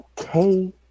okay